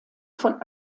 von